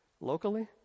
locally